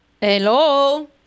Hello